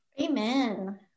Amen